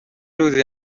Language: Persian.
روزی